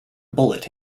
bullet